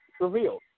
revealed